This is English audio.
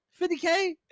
50K